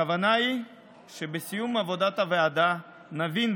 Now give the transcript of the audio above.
הכוונה היא שבסיום עבודת הוועדה נבין,